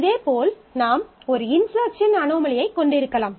இதேபோல் நாம் ஒரு இன்செர்ட்சன் அனாமலியைக் கொண்டிருக்கலாம்